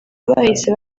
bahise